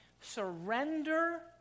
Surrender